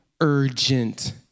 urgent